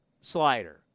slider